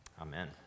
Amen